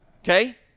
Okay